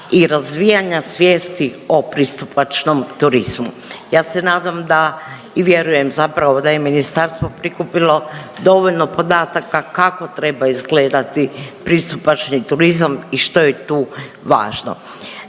i razvijanja svijesti o pristupačnom turizmu. Ja se nadam da i vjerujem zapravo da je ministarstvo prikupilo dovoljno podataka kako treba izgledati pristupačni turizam i što je tu važno.